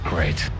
Great